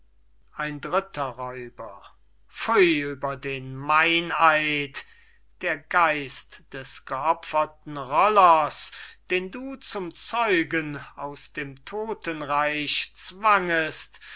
ein dritter räuber pfui über den meineid der geist des geopferten rollers den du zum zeugen aus dem todtenreich zwangest